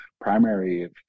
primary